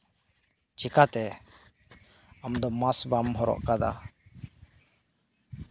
ᱪᱤᱠᱟᱹᱛᱮ ᱟᱢ ᱫᱚ ᱢᱟᱠᱥ ᱵᱟᱢ ᱦᱚᱨᱚᱜ ᱟᱠᱟᱫᱟ